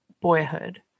boyhood